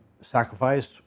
sacrifice